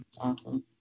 awesome